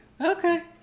Okay